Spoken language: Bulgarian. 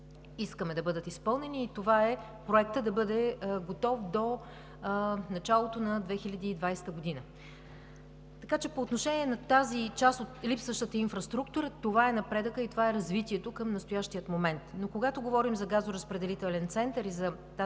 искаме да бъдат изпълнени, и това е проектът да бъде готов до началото на 2020 г. По отношение на тази част от липсващата инфраструктура, това е напредъкът и развитието към настоящия момент. Когато обаче говорим за газоразпределителен център и за тази